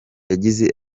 yagize